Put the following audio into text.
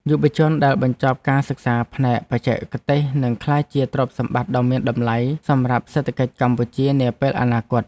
យុវជនដែលបញ្ចប់ការសិក្សាផ្នែកបច្ចេកទេសនឹងក្លាយជាទ្រព្យសម្បត្តិដ៏មានតម្លៃសម្រាប់សេដ្ឋកិច្ចកម្ពុជានាពេលអនាគត។